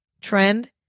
trend